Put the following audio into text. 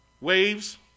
waves